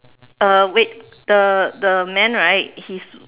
uh wait the the man right he's